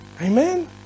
Amen